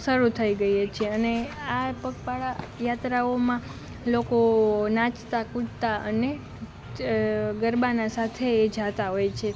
શરૂ થઈ ગઈ જ છે અને આ પગપાળા યાત્રાઓમાં લોકો નાચતા કૂદતા અને ગરબાના સાથે એ જતા હોય છે